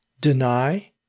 Deny